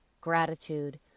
gratitude